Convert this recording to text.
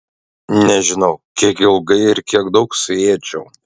nežinau kiek ilgai ir kiek daug suėdžiau